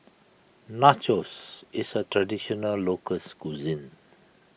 Nachos is a Traditional Local Cuisine